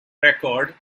record